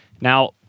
Now-